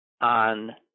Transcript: on